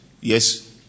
Yes